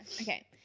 Okay